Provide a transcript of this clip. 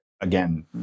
again